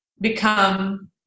become